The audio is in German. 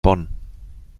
bonn